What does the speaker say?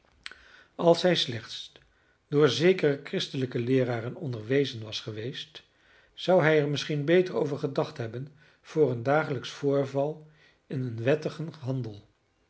als hij slechts door zekere christelijke leeraren onderwezen was geweest zou hij er misschien beter over gedacht hebben voor een dagelijksch voorval in een wettigen handel